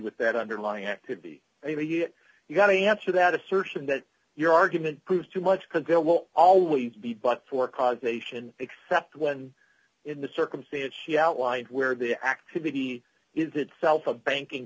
with that underlying activity you've got to answer that assertion that your argument proves too much because there will always be but for causation except when in the circumstance she outlined where the activity is itself a banking